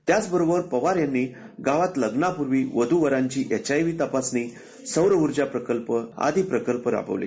त्याचबरोबर पवार यांनी गावात लग्नापूर्वी वधु वरांची एचआयव्ही तपासणी सौरऊर्जा प्रकल्प आदी प्रकल्प राबवले